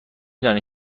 دانید